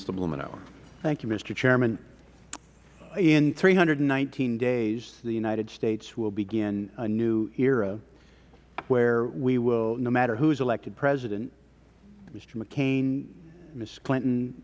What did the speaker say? blumenauer thank you mister chairman in three hundred and nineteen days the united states will begin a new era where we will no matter who is elected president mr mccain ms clinton